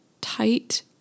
tight